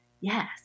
Yes